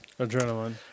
Adrenaline